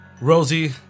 Rosie